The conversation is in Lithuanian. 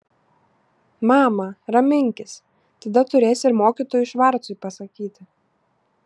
mama raminkis tada turėsi ir mokytojui švarcui pasakyti